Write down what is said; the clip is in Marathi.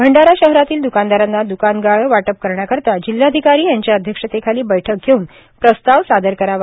भंडारा शहरातील दुकानदारांना दुकान गाळे वाटप करण्याकरीता जिल्हाधिकारी यांच्या अध्यक्षतेखाली बैठक धेऊन प्रस्ताव सादर करावा